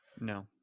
No